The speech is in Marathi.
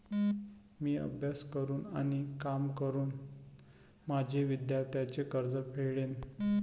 मी अभ्यास करून आणि काम करून माझे विद्यार्थ्यांचे कर्ज फेडेन